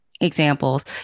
Examples